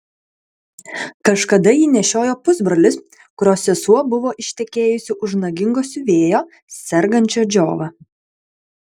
kažkada jį nešiojo pusbrolis kurio sesuo buvo ištekėjusi už nagingo siuvėjo sergančio džiova